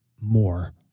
more